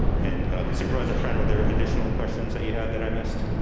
and supervisor friend, are there additional questions that you had that i missed?